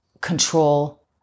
control